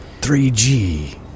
3G